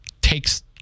takes